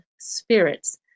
Spirits